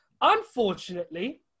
Unfortunately